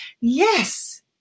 Yes